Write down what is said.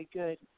good